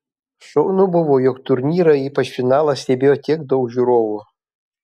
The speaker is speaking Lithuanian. šaunu buvo jog turnyrą ypač finalą stebėjo tiek daug žiūrovų